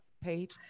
page